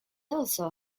also